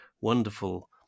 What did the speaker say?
wonderful